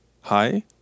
hi